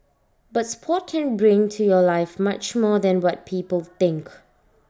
but Sport can bring to your life much more than what people think